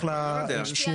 אני לא יודע.